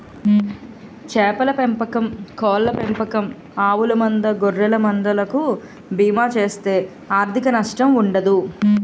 చేపల పెంపకం కోళ్ళ పెంపకం ఆవుల మంద గొర్రెల మంద లకు బీమా చేస్తే ఆర్ధిక నష్టం ఉండదు